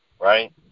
right